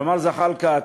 ג'מאל זחאלקה,